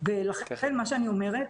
לכן מה שאני אומרת,